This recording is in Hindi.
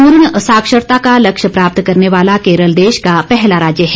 पूर्ण साक्षरता का लक्ष्य प्राप्त करने वाला केरल देश का पहला राज्य है